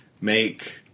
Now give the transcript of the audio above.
Make